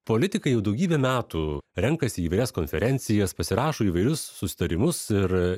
politikai jau daugybę metų renkasi į įvairias konferencijas pasirašo įvairius susitarimus ir